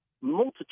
multitude